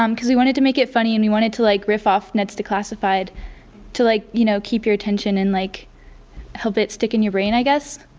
um because we wanted to make it funny and we wanted to like riff off ned's declassified to like you know like keep your attention and like help it stick in your brain i guess,